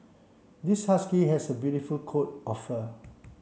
this husky has a beautiful coat of fur